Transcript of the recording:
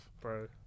Bro